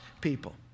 people